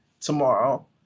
tomorrow